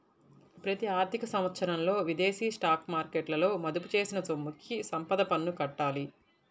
ప్రతి ఆర్థిక సంవత్సరంలో విదేశీ స్టాక్ మార్కెట్లలో మదుపు చేసిన సొమ్ముకి సంపద పన్ను కట్టాలి